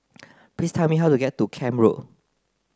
please tell me how to get to Camp Road